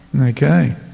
Okay